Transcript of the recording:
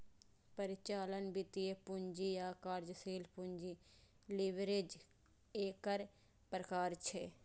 परिचालन, वित्तीय, पूंजी आ कार्यशील पूंजी लीवरेज एकर प्रकार छियै